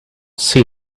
see